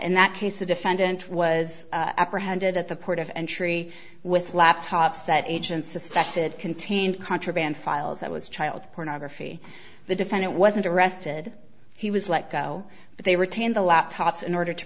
in that case a defendant was apprehended at the port of entry with laptops that agent suspected contained contraband files that was child pornography the defendant wasn't arrested he was let go but they retained the laptops in order to